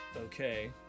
okay